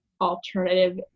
alternative